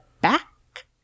back